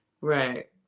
Right